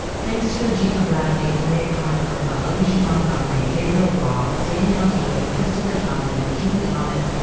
thanks to regina bradley. maria konnikova. alicia montgomery. gabriel roth. danielle hewitt, christopher johnson, june thomas,